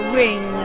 ring